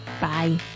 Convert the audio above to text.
Bye